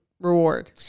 reward